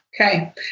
Okay